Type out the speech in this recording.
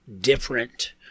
different